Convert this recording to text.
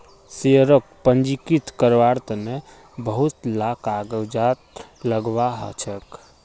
शेयरक पंजीकृत कारवार तन बहुत ला कागजात लगव्वा ह छेक